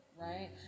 right